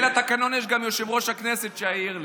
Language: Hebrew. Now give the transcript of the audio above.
בשביל התקנון יש גם את יושב-ראש הכנסת שיעיר לי.